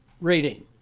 rating